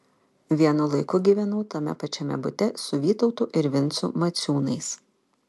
vienu laiku gyvenau tame pačiame bute su vytautu ir vincu maciūnais